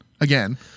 again